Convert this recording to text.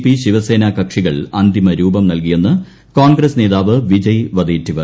P Shiv Sena കക്ഷികൾ അന്തിമരൂപം നൽകിയെന്ന് കോൺഗ്രസ്സ് നേതാവ് വിജയ് വദെറ്റിവർ